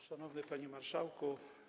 Szanowny Panie Marszałku!